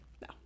No